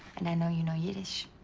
and i know you know yiddish.